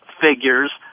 figures